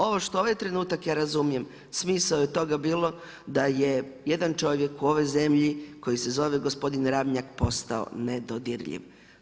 Ovo što ovaj trenutak ja razumijem smisao je toga bilo da je jedan čovjek u ovoj zemlji koji se zove gospodin Ramljak postao nedodirljiv.